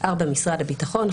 (4)משרד הביטחון,